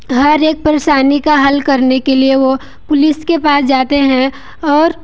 हर एक परेशानी का हल करने के लिए वो पुलिस के पास जाते हैं और